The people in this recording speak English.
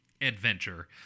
adventure